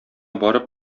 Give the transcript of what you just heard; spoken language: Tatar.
барып